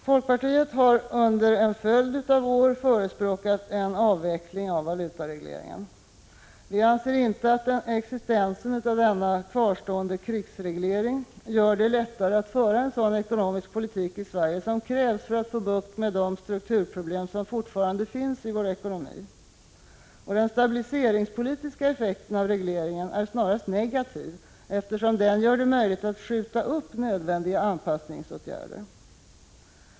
Folkpartiet har under en följd av år förespråkat en avveckling av valutaregleringen. Vi anser inte att existensen av denna ”kvarstående krigsreglering” gör det lättare att föra en sådan ekonomisk politik i Sverige som krävs för att få bukt med de strukturproblem som fortfarande finns i vår ekonomi. Den stabiliseringspolitiska effekten av regleringen är snarast negativ, eftersom den gör det möjligt att skjuta upp nödvändiga anpassningsåtgärder.